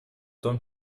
том